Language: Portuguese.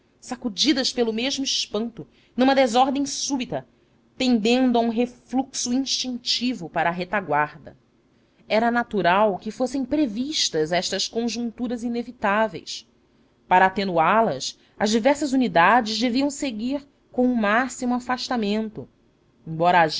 sacudidas pelo mesmo espanto numa desordem súbita tendendo a um refluxo instintivo para a retaguarda era natural que fossem previstas estas conjunturas inevitáveis para atenuá las as diversas unidades deviam seguir com o máximo afastamento embora